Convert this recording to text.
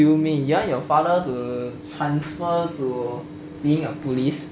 you mean you want your father to transfer to being a police